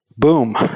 boom